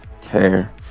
care